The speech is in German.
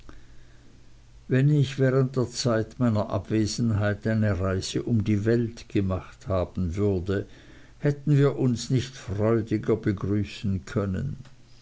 wenn ich während der zeit meiner abwesenheit eine reise um die welt gemacht haben würde hätten wir uns nicht freudiger begrüßen können